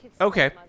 Okay